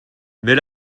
mais